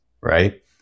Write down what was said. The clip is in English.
right